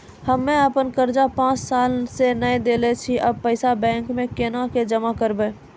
हम्मे आपन कर्जा पांच साल से न देने छी अब पैसा बैंक मे कोना के जमा करबै?